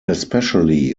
especially